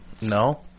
no